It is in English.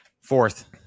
Fourth